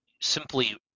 simply